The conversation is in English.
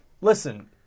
Listen